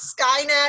Skynet